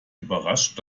überrascht